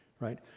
right